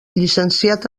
llicenciat